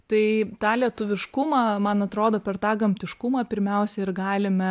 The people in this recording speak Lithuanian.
tai tą lietuviškumą man atrodo per tą gamtiškumą pirmiausia ir galime